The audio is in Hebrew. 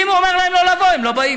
ואם הוא אומר להם לא לבוא, הם לא באים.